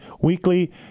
weekly